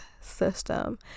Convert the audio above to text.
system